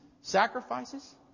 Sacrifices